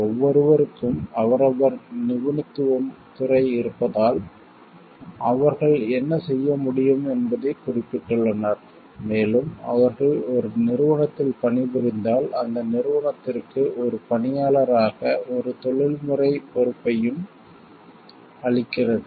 ஒவ்வொருவருக்கும் அவரவர் நிபுணத்துவத் துறை இருப்பதால் அவர்கள் என்ன செய்ய முடியும் என்பதைக் குறிப்பிட்டுள்ளனர் மேலும் அவர்கள் ஒரு நிறுவனத்தில் பணிபுரிந்தால் அந்த நிறுவனத்திற்கு ஒரு பணியாளராக ஒரு தொழில்முறை பொறுப்பையும் பொறுப்பையும் அளிக்கிறது